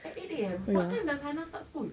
at eight A_M what time does hannah start school